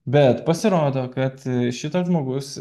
bet pasirodo kad šitas žmogus